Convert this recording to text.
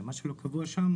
ומה שקבוע שם